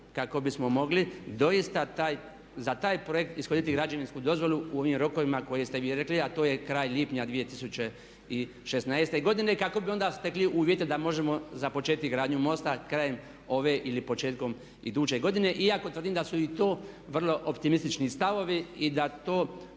kako bismo mogli doista za taj projekt ishoditi građevinsku dozvolu u o ovim rokovima koje ste vi rekli a to je kraj lipnja a to je 2016.godine kako bi onda stekli uvjete da možemo započeti gradnju mosta krajem ove ili početkom iduće godine iako tvrdim da su i to vrlo optimistični stavovi i da to